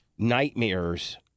Nightmares